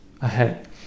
ahead